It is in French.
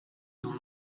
dans